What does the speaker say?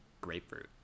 grapefruit